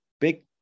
big